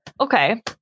Okay